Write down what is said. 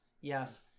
Yes